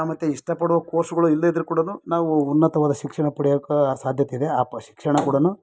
ಮತ್ತು ಇಷ್ಟಪಡೋ ಕೋರ್ಸುಗಳು ಇಲ್ಲದೆ ಇದ್ರೂ ಕೂಡ ನಾವು ಉನ್ನತವಾದ ಶಿಕ್ಷಣ ಪಡಿಯೋಕ್ಕೆ ಸಾಧ್ಯತೆ ಇದೆ ಆ ಪ ಶಿಕ್ಷಣ ಕೂಡ